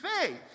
faith